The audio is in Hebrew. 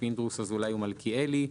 אזולאי ומלכיאלי.